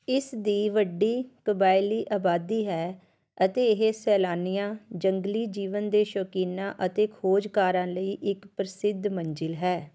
ਇਸ ਦੀ ਵੱਡੀ ਕਬਾਇਲੀ ਆਬਾਦੀ ਹੈ ਅਤੇ ਇਹ ਸੈਲਾਨੀਆਂ ਜੰਗਲੀ ਜੀਵਨ ਦੇ ਸ਼ੌਕੀਨਾਂ ਅਤੇ ਖੋਜਕਾਰਾਂ ਲਈ ਇੱਕ ਪ੍ਰਸਿੱਧ ਮੰਜ਼ਿਲ ਹੈ